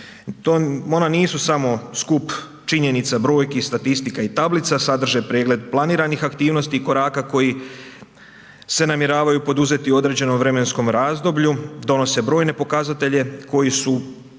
ona nisu samo skup činjenica, brojki, statistika i tablica, sadrže pregled planiranih aktivnosti i koraka koji se namjeravaju poduzeti u određenom vremenskom razdoblju, donose brojne pokazatelje koji su,